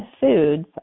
foods